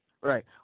Right